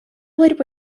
lid